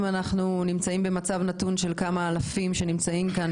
אנחנו נמצאים במצב נתון של כמה אלפים שנמצאים כאן,